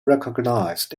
recognised